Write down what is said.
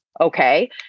Okay